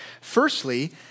Firstly